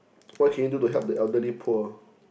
what can you do to help the elderly poor